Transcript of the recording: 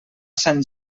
sant